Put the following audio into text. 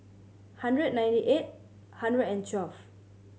hundred ninety eight hundred and twelve